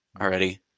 already